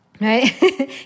Right